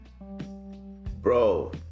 Bro